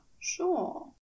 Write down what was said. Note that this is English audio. sure